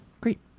great